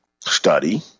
Study